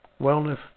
Wellness